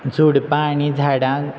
झुडपां आनी झाडां